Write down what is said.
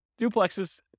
duplexes